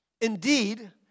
Indeed